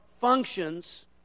functions